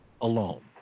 Alone